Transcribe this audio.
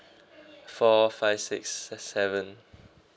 four five six seven